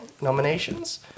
nominations